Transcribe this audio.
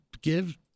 give